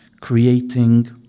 creating